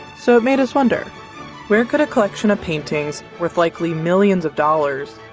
so it made us wonder where could a collection of paintings, worth likely millions of dollars,